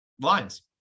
Lines